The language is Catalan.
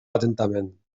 atentament